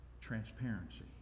Transparency